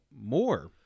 more